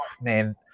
man